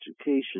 education